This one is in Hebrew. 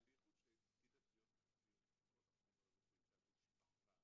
--- התהליך הוא שפקיד התביעות מעביר את כל החומר הרפואי שהמשפחה